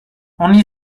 only